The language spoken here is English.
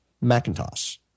Macintosh